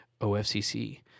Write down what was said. OFCC